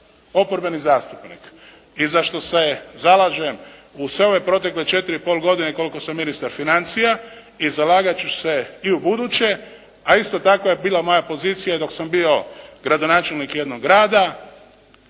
oporbeni zastupnik i za što se zalažem u sve ove protekle 4,5 godine koliko sam ministar financija i zalagati ću se i ubuduće, a isto takva je bila moja pozicija dok sam bio gradonačelnik jednog grada,